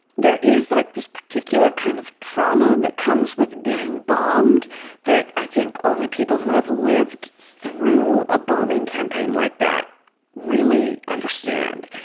there is like this particular kind of trauma that comes with being bombed that i think only people who have lived through a bombing campaign like that really understand.